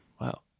Wow